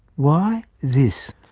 why this?